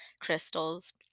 crystals